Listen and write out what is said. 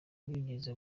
barigeze